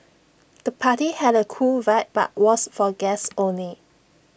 the party had A cool vibe but was for guests only